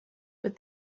but